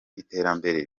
iterambere